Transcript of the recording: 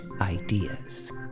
ideas